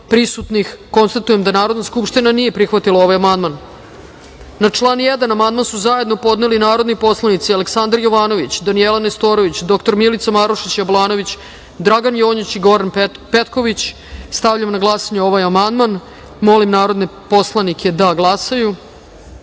poslanika. Konstatujem da Narodna skupština nije prihvatila ovaj amandman. Na član 1. amandman su zajedno podneli narodni poslanici Aleksandar Jovanović, Danijela Nestorović, dr Milica Marušić Jablanović, Dragan Jonić i Goran Petković. Stavljam na glasanje ovaj amandman. Molim narodne poslanike da pritisnu